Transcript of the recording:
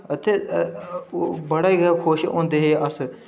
अते बड़े गै खुश होंदे गे अस